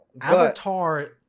Avatar